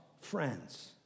friends